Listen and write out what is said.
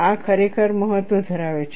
આ ખરેખર મહત્વ ધરાવે છે